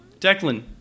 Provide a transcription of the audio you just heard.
Declan